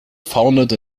founded